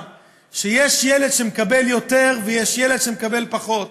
שיש ילד שמקבל יותר ויש ילד שמקבל פחות.